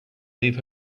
leave